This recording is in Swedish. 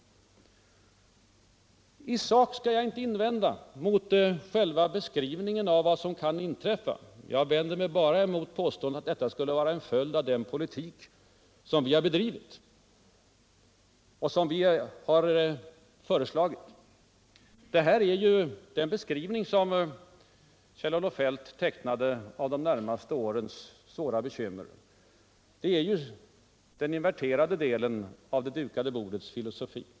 I sak skall jag inte invända mot hans beskrivning av läget som sådant. Jag vänder mig bara mot påståendet att det skulle vara en följd av den politik som regeringen har bedrivit. Den beskrivning som Kjell-Olof Feldt tecknade av de närmaste årens svåra bekymmer är den inverterade delen av ”det dukade bordets” filosofi.